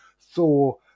Thor